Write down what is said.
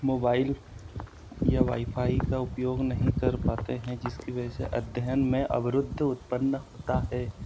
mobile या wifi का उपयोग नहीं कर पाते हैं जिसकी वजह से अध्ययन में अवरोध उत्पन्न होता है